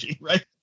right